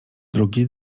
drugi